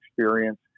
experience